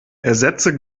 ersetze